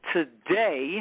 Today